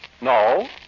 No